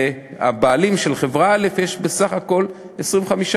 לבעלים של חברה א' יש בסך הכול 25%,